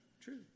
True